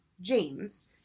James